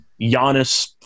Giannis